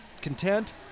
content